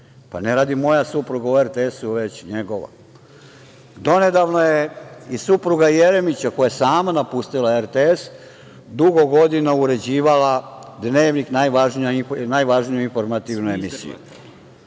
Pa ne radi moja supruga u RTS-u, već njegova. Donedavno je i supruga Jeremića, koja je sama napustila RTS, dugo godina uređivala „Dnevnik“, najvažniju informativnu emisiju. Dame